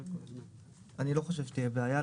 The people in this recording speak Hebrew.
שתהיה בעיה.